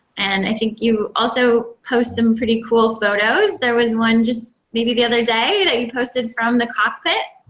and i think you also post some pretty cool photos. there was one just maybe the other day that you posted from the cockpit.